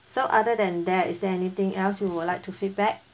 so other than that is there anything else you would like to feedback